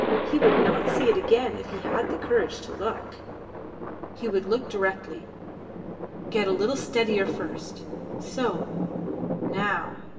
he would not see it again if he had the courage to look he would look directly get a little steadier first so now.